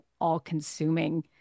all-consuming